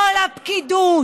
כל הפקידות,